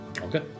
Okay